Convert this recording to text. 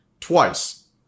Twice